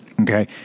Okay